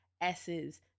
S's